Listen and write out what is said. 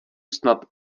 snad